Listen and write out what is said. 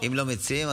אם הם מציעים,